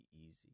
easy